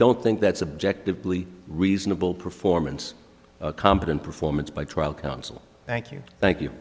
don't think that subjectively reasonable performance competent performance by trial counsel thank you thank you